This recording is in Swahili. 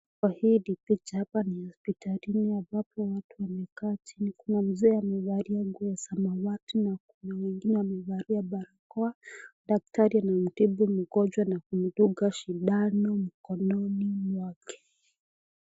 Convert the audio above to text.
Kwa hii picha, hapa ni hospitalini ambapo watu wamekaa chini. Kuna mzee amevalia nguo ya samawati na kuna wengine wamevalia barakoa. Daktari anamtibu mgonjwa na kumdunga sindano mkononi mwake.